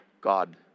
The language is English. God